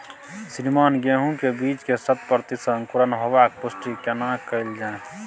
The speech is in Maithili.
श्रीमान गेहूं के बीज के शत प्रतिसत अंकुरण होबाक पुष्टि केना कैल जाय?